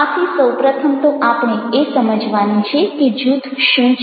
આથી સૌ પ્રથમ તો આપણે એ સમજવાનું છે કે જૂથ શું છે